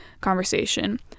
conversation